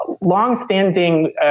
longstanding